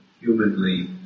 humanly